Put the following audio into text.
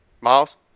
Miles